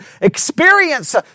experience